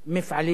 מקומות עבודה,